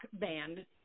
band